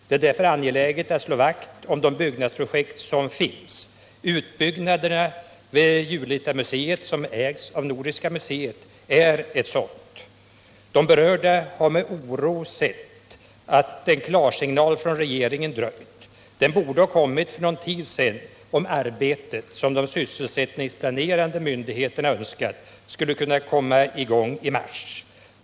Det är därför angeläget att slå vakt om de byggnadsprojekt som finns. Utbyggnaderna vid Julita museum, som ägs av Nordiska museet, är ett sådant projekt. De berörda har med oro sett att en klarsignal från regeringen dröjt. Den borde ha kommit för någon tid sedan om det arbete som de sysselsättningsplanerande myndigheterna önskat skulle kunna komma i gång i mars.